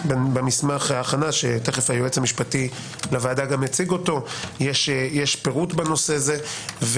במסמך ההכנה שהיועץ המשפטי תכף יציג אותו יש פירוט בנושא הזה.